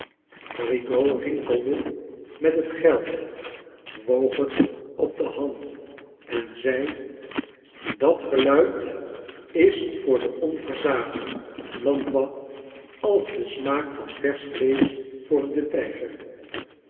rigaud rinkelde met het geld woog het op de hand en zei dat geluid is voor den onversaagden blandois a is de smaak van versch vleesch voor den tijger